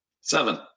Seven